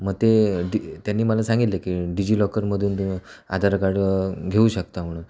मग ते डि त्यांनी मला सांगितलं की डिजि लॉकरमधून आधार कार्ड घेऊ शकता म्हणून